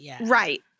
right